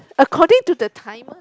according to the timer